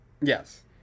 Yes